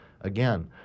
again